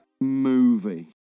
movie